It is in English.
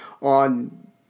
on